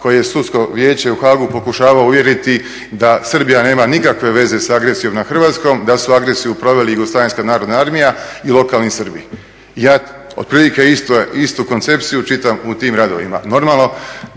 koji je sudsko vijeće u HAAG-u pokušavalo uvjeriti da Srbija nema nikakve veze sa agresijom nad Hrvatskom, da su agresiju proveli Jugoslavenska narodna armija i lokalni Srbi. Ja otprilike istu koncepciju čitam u tim radovima.